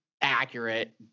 accurate